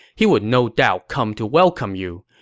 he would no doubt come to welcome you.